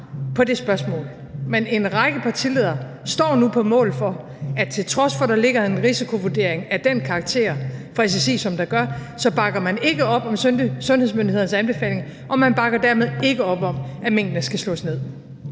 på det spørgsmål. Men en række partiledere står nu på mål for, at til trods for at der ligger en risikovurdering af den karakter fra SSI, som der gør, så bakker man ikke op om sundhedsmyndighedernes anbefaling, og man bakker dermed ikke op om, at minkene skulle slås ned.